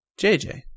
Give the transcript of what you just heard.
JJ